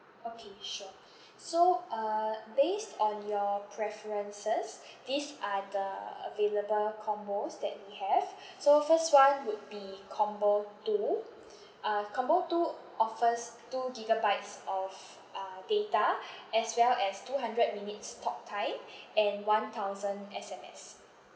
okay sure so uh based on your preferences these are the available combos that we have so first one would be combo two uh combo two offers two gigabytes of uh data as well as two hundred minutes talktime and one thousand S_M_S